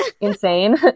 insane